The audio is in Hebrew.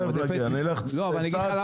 תיכף נגיע, נלך צעד צעד.